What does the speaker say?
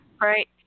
Right